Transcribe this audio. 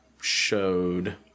showed